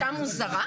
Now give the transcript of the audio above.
בקשה מוזרה?